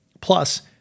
Plus